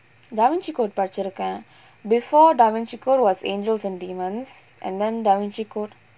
da vinci code படிச்சுருக்கேன்:padichurukkaen before da vinci code was angels and demons and then da vinci code